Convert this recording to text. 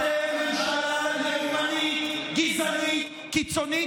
אתם ממשלה לאומנית, גזענית, קיצונית.